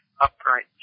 upright